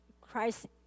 Christ